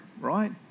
right